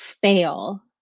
fail